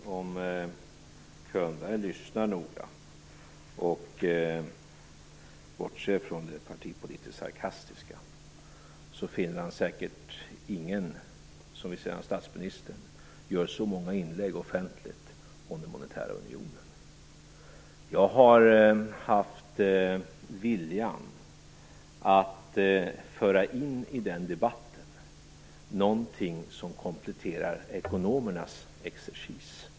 Fru talman! Om Bo Könberg lyssnar noga och bortser från det partipolitiskt sarkastiska finner han säkert ingen som gör så många inlägg offentligt om den monetära unionen som statsministern. Jag har haft viljan att föra in någonting i den debatten som kompletterar ekonomernas exercis.